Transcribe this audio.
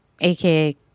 aka